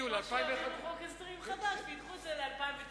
או שיעבירו חוק הסדרים חדש, ויידחו את זה ל-2019.